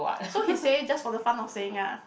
so he say just for the fun of saying ah